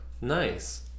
nice